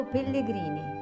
Pellegrini